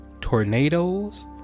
tornadoes